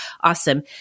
awesome